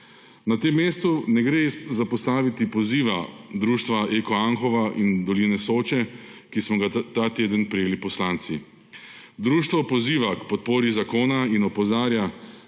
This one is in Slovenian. Na tem mestu ne gre zapostaviti poziva Društva EKO Anhovo in dolina Soče, ki smo ga ta teden prejeli poslanci. Društvo poziva k podpori zakona in opozarja,